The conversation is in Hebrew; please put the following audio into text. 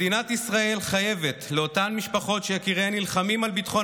מדינת ישראל חייבת לאותן משפחות שיקיריהן נלחמים על ביטחון